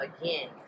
again